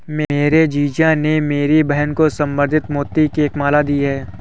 मेरे जीजा जी ने मेरी बहन को संवर्धित मोती की एक माला दी है